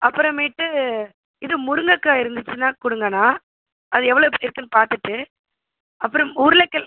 அப்புறமேட்டு இது முருங்கைக்கா இருந்துச்சுன்னா கொடுங்கண்ணா அது எவ்வளோ இருக்குன்னு பார்த்துட்டு அப்புறம் உருளக்கெழ